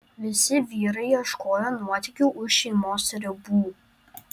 visi vyrai ieškojo nuotykių už šeimos ribų